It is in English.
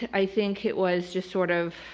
i think it was just sort of